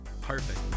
Perfect